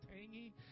tangy